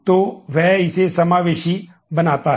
तो वह इसे समावेशी बनाता है